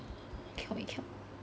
cannot wait canno~